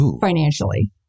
financially